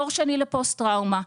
דור שני לפוסט טראומה,